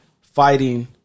fighting